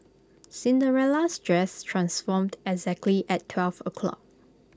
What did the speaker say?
Cinderella's dress transformed exactly at twelve o'clock